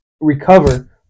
recover